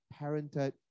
parented